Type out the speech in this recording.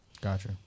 Gotcha